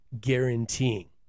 guaranteeing